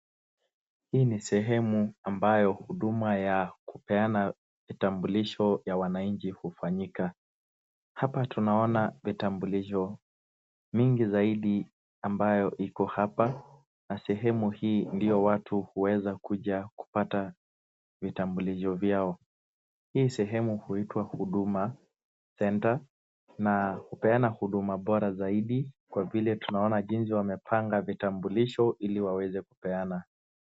Hii ni sehemu ambayo huduma ya kupeana vitambulisho ya wananchi hufanyika. Hapa tunaona vitambulisho mingi zaidi ambayo iko hapa, sehemu hii ndiyo watu huweza kuja kupata vitambulisho vyao. Hii sehemu huitwa Huduma Center, na hupeana huduma bora zaidi, kwa vile jinsi wamepanga vitambulisho ili waweze kupeana.